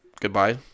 Goodbye